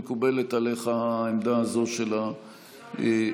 מקובלת עליך העמדה הזאת של המציעים?